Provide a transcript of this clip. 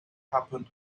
happen